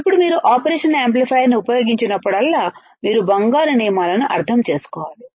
ఇప్పుడు మీరు ఆపరేషన్ యాంప్లిఫైయర్ను ఉపయోగించినప్పుడల్లా మీరు బంగారు నియమాలను అర్థం చేసుకోవాలి